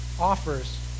offers